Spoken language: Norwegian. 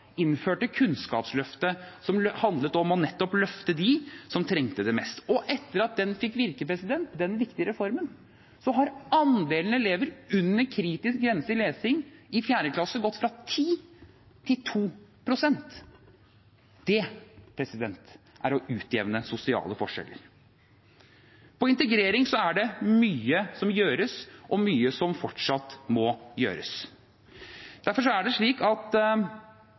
innførte Kunnskapsløftet, som handlet om nettopp å løfte dem som trengte det mest. Etter at denne viktige reformen har fått virke, har andelen elever under kritisk grense i lesing i 4. klasse gått fra 10 pst. til 2 pst. Det er å utjevne sosiale forskjeller. På integreringsfeltet er det mye som gjøres, og mye som fortsatt må gjøres. Derfor har denne regjeringen satt i gang en rekke tiltak for å sørge for at